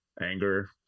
anger